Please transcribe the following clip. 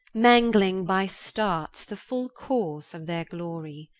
mangling by starts the full course of their glory.